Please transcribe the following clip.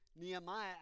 Nehemiah